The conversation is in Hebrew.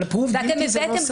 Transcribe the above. אבל אפרובד גילטי זה לא ...